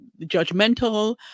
judgmental